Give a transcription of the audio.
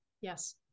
Yes